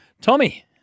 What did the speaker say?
Tommy